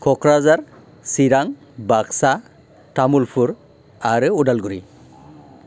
क'क्राझार चिरां बाक्सा तामुलपुर आरो अदालगुरि